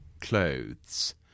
clothes